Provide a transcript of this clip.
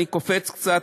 אני קופץ קצת,